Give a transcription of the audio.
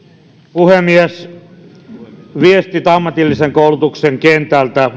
puhemies huolestuttavat viestit ammatillisen koulutuksen kentältä